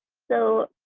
so,